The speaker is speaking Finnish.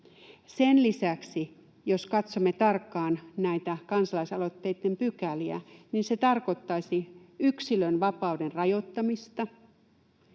Sen lisäksi, jos katsomme tarkkaan näitä kansalaisaloitteitten pykäliä, se tarkoittaisi yksilönvapauden rajoittamista,